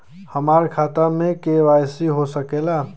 हमार खाता में के.वाइ.सी हो सकेला?